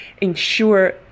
ensure